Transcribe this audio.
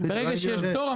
ברגע שיש פטור,